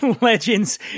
legends